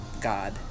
God